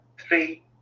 three